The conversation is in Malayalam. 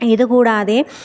ഇതുകൂടാതെ